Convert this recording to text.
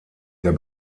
der